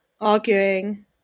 arguing